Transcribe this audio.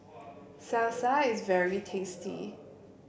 Salsa is very tasty